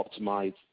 optimize